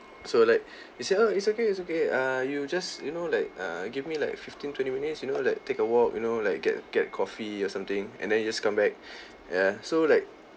so like he said oh it's okay it's okay err you just you know like uh give me like fifteen twenty minutes you know like take a walk you know like get get coffee or something and then you just come back ya so like